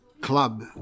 club